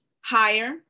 higher